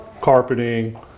carpeting